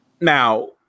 now